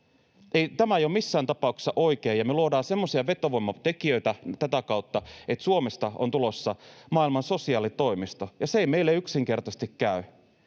Tämä ei ole missään tapauksessa oikein, ja me luodaan semmoisia vetovoimatekijöitä tätä kautta, että Suomesta on tulossa maailman sosiaalitoimisto, ja se ei meille yksinkertaisesti käy.